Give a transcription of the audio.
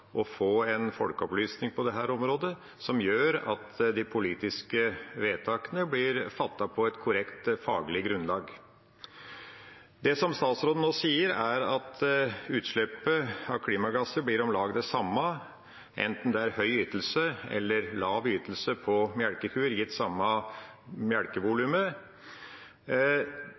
en fortsette med folkeopplysning på dette området som gjør at de politiske vedtakene blir fattet på et korrekt faglig grunnlag. Det statsråden nå sier, er at utslippet av klimagasser blir om lag det samme enten det er høy ytelse eller lav ytelse på melkekuer, gitt samme